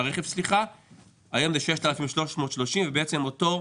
היום זה 6,330 ₪ ובעצם אותו,